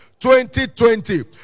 2020